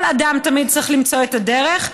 כל אדם תמיד צריך למצוא את הדרך,